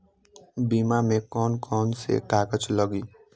बीमा में कौन कौन से कागज लगी?